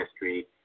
history